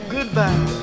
Goodbye